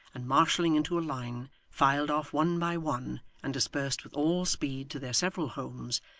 and marshalling into a line, filed off one by one and dispersed with all speed to their several homes,